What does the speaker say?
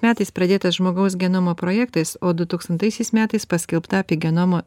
metais pradėtas žmogaus genomo projektas o du tūkstantaisiais metais paskelbta apie genomo